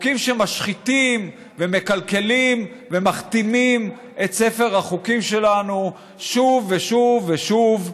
חוקים שמשחיתים ומקלקלים ומכתימים את ספר החוקים שלנו שוב ושוב ושוב,